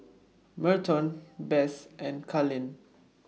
Merton Bess and Kalen